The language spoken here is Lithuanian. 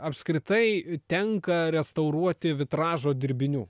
apskritai tenka restauruoti vitražo dirbinių